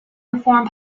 reform